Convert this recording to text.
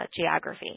geography